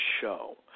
show